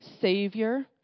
Savior